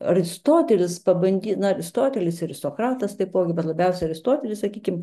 aristotelis pabandy aristotelis ir sokratas taipogi bet labiausiai aristotelis sakykim